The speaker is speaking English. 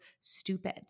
stupid